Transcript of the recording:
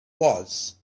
was